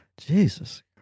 Jesus